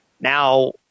Now